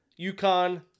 UConn